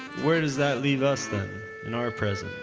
where does that leave us then, in our present?